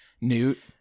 Newt